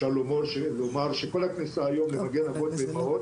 אפשר לומר שכל כניסה היום במגן אבות ואימהות